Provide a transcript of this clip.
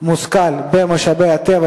מושכל במשאבי הטבע,